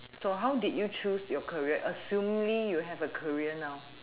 so how did you choose your career assumly you have a career now